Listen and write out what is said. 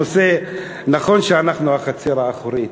הנושא, נכון שאנחנו החצר האחורית,